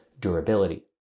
durability